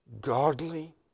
godly